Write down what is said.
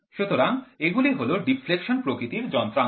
সুতরাং এগুলি হল ডিফ্লেকশন প্রকৃতির যন্ত্রাংশ